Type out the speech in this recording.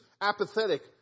apathetic